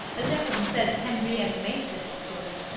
as everybody says henrietta mason is doing.